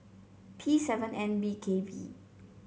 P seven N B K V